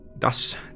thus